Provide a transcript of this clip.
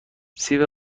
سیب